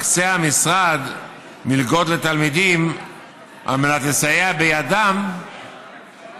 מקצה המשרד מלגות לתלמידים על מנת לסייע בידיהם